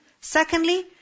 Secondly